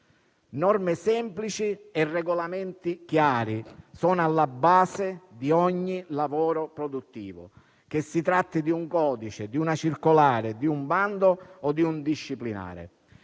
Norme semplici e regolamenti chiari sono alla base di ogni lavoro produttivo (che si tratti di un codice, una circolare, un bando o un disciplinare)